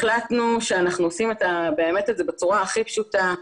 החלטנו שאנחנו עושים את זה באמת בצורה הכי פשוטה,